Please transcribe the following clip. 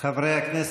חברי הכנסת,